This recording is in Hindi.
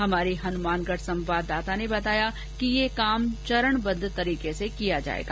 हमारे हनुमानगढ संवाददाता ने बताया कि ये काम चरणबद्व तरीके से किया जायेगा